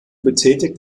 betätigt